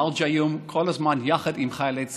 מרג' עיון, כל הזמן יחד עם חיילי צד"ל,